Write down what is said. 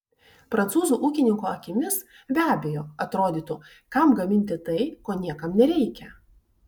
prancūzų ūkininko akimis be abejo atrodytų kam gaminti tai ko niekam nereikia